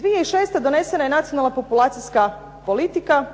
2006. donesena je nacionalna populacijska politika